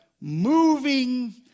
moving